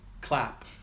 clap